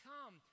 Come